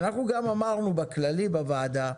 ואנחנו גם אמרנו בכללי בוועדה,